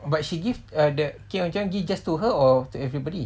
but she give a gift just to her or to everybody